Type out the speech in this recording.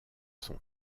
son